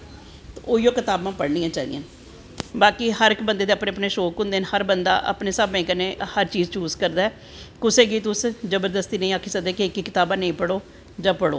उऐ कताबां पढ़नियां चाही दियां न बाकी हर इक बंदे ते उपनें अपनें सौंक होंदे नै हर बंदा अपनें हिसाबे कन्नै हर चीज़ चूज़ करदा ऐ कुसे गी तुस जबरदस्ती नेंई आक्की सकदे कि तुस एह्की कतावां पढ़ो जां पढ़ो